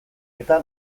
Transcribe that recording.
eta